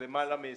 למעלה מ-20.